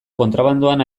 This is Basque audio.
kontrabandoan